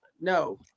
No